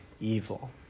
evil